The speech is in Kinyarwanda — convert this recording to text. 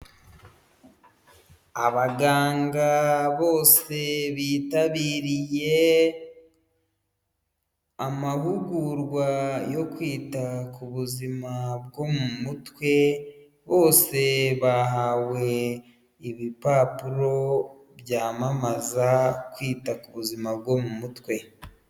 Abaganga bose bitabiriye amahugurwa yo kwita ku buzima bwo mu mutwe, bose bahawe ibipapuro byamamaza kwita ku buzima bwo mu mutwe.